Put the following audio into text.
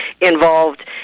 involved